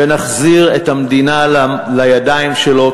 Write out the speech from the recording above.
ונחזיר את המדינה לידיים שלו,